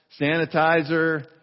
sanitizer